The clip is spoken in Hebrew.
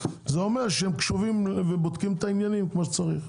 זה אומר שהם קשורים והם בודקים את העניינים כמו שצריך.